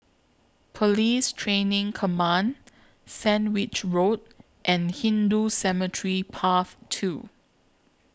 Police Training Command Sandwich Road and Hindu Cemetery Path two